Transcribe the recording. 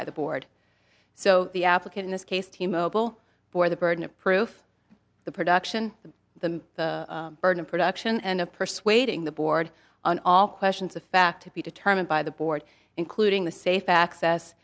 by the board so the application this case t mobile for the burden of proof the production the burden of production and of persuading the board on all questions of fact to be determined by the board including the safe access